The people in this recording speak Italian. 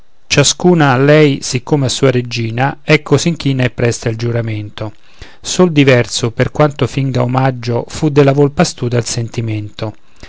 a lei siccome a sua regina ecco s'inchina e presta il giuramento sol diverso per quanto finga omaggio fu della volpe astuta il sentimento